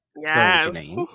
Yes